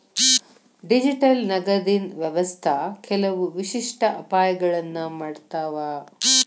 digital ನಗದಿನ್ ವ್ಯವಸ್ಥಾ ಕೆಲವು ವಿಶಿಷ್ಟ ಅಪಾಯಗಳನ್ನ ಮಾಡತಾವ